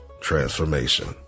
transformation